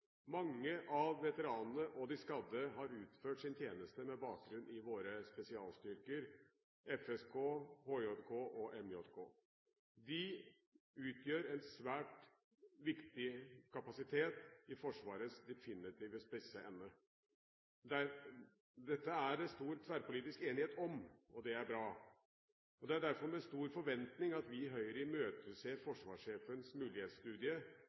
Mange av veteranene og de skadde har utført sin tjeneste med bakgrunn i våre spesialstyrker, FSK, HJK og MJK. De utgjør en svært viktig kapasitet i Forsvarets definitive spisse ende. Dette er det stor tverrpolitisk enighet om, og det er bra. Det er derfor med stor forventning at vi i Høyre imøteser Forsvarets mulighetsstudie